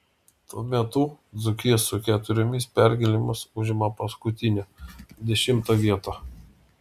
tuo metu dzūkija su keturiomis pergalėmis užima paskutinę dešimtą vietą